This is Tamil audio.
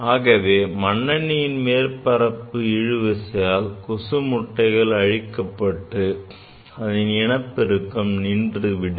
எனவே மண்ணெண்ணையின் மேற்பரப்பு இழுவிசையால் கொசு முட்டைகள் அழிக்கப்பட்டு அதன் இனப்பெருக்கம் நின்றுவிடும்